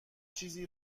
چیزی